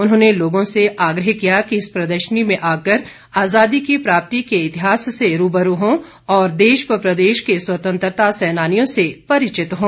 उन्होंने लोगों से आग्रह किया कि इस प्रदर्शनी में आकर आज़ादी की प्राप्ति के इतिहास से रूबरू हों और देश व प्रदेश के स्वतंत्रता सेनानियों से परिचित हों